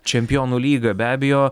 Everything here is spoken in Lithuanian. čempionų lyga be abejo